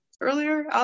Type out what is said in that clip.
Earlier